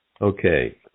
Okay